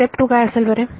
step 2 काय असेल बरे